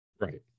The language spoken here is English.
Right